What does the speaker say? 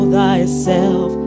thyself